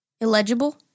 illegible